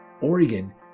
Oregon